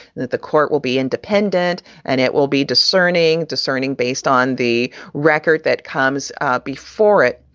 that the court will be independent and it will be discerning, discerning based on the record that comes ah before it.